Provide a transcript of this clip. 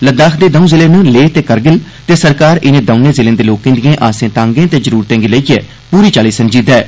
लद्दाख दे दंऊ जिले न लेह ते करगिल ते सरकार इनें दौनें ज़िलें दे लोकें दियें आसें तांगें ते जरुरतें गी लेईयै पूरी चाली संजीदा ऐ